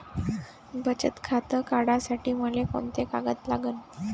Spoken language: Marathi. बचत खातं काढासाठी मले कोंते कागद लागन?